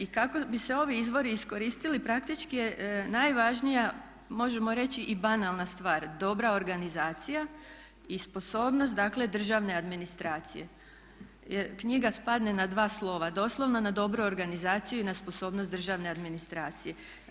I kako bi se ovi izvoli iskoristili praktički je najvažnija, možemo reći i banalna stvar dobra organizacija i sposobnost dakle državne administracije jer knjiga spadne na dva slova, doslovno na dobru organizaciju i na sposobnost državne administracije.